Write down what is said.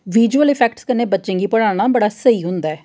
visual effects कन्नै बच्चें गी पढ़ाना बड़ा स्हेई होंदा ऐ